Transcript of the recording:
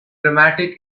dramatic